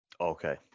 Okay